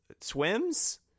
swims